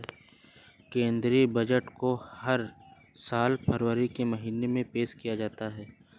केंद्रीय बजट को हर साल फरवरी महीने में पेश किया जाता है